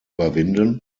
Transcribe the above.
überwinden